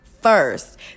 first